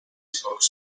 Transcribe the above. spoke